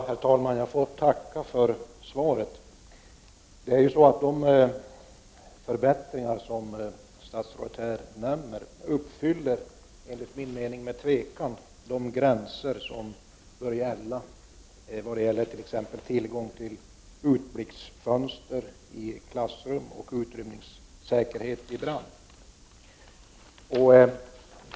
Herr talman! Jag får tacka statsrådet för svaret. De förbättringar som statsrådet här nämner uppfyller enligt min mening med tvekan de krav som bör gälla beträffande t.ex. tillgång till utblicksfönster i klassrum och utrymningssäkerhet vid brand.